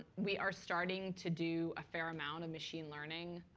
we are starting to do a fair amount of machine learning